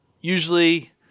usually